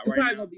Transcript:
right